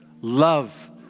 Love